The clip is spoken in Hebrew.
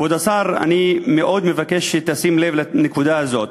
כבוד השר, אני מאוד מבקש שתשים לב לנקודה הזאת: